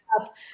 up